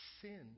Sin